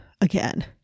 again